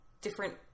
different